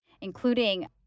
including